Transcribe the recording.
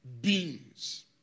beings